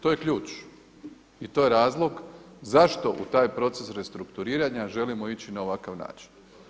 To je ključ i to je razlog zašto u taj proces restrukturiranja želimo ići na ovakav način.